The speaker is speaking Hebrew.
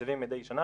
תקציבים מדי שנה,